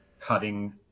cutting